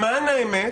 למען האמת